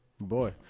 boy